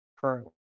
currently